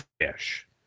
fish